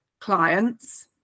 clients